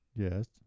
Yes